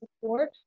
support